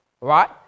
Right